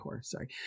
sorry